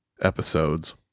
episodes